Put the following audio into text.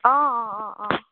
অঁ অঁ অঁ অঁ